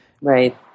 Right